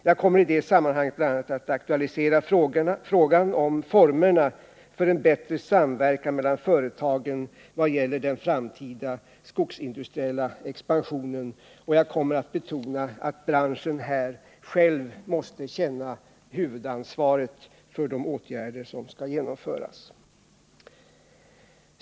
Jag kommer i det sammanhanget att bl.a. aktualisera frågan om formerna för en bättre samverkan mellan företagen vad gäller den framtida skogsindustriella expansionen, och jag kommer att betona att branschen själv måste känna huvudansvaret för de åtgärder som skall genomföras.